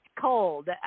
cold